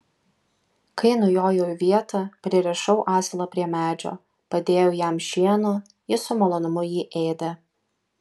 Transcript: kai nujojau į vietą pririšau asilą prie medžio padėjau jam šieno jis su malonumu jį ėdė